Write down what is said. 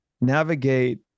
navigate